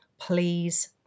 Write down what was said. please